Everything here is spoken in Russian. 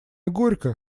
горько